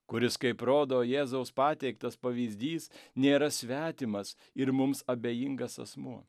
kuris kaip rodo jėzaus pateiktas pavyzdys nėra svetimas ir mums abejingas asmuo